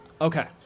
Okay